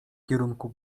kierunku